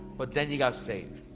but then you got saved.